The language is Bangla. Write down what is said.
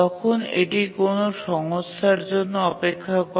তখন এটি কোনও সংস্থার জন্য অপেক্ষা করে